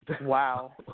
Wow